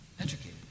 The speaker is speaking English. educated